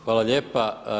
Hvala lijepa.